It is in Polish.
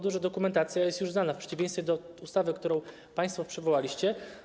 Dokumentacja jest już znana w przeciwieństwie do ustawy, którą państwo przywołaliście.